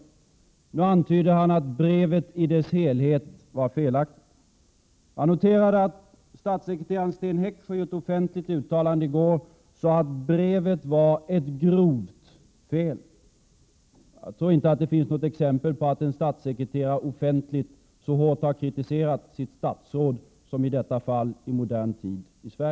Han antyder nu att brevet i dess helhet var felaktigt. Jag noterade att statssekreteraren Sten Heckscher i ett offentligt uttalande i går sade att brevet var ett grovt fel. Jag tror inte att det i modern tid i Sverige finns något exempel på att en statssekreterare offentligt har kritiserat sitt statsråd så hårt som i detta fall.